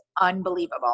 unbelievable